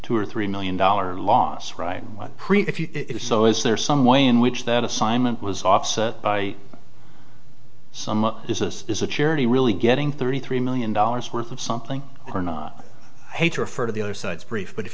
two or three million dollar loss right what if so is there some way in which that assignment was offset by some is this is a charity really getting thirty three million dollars worth of something or not refer to the other side's brief but if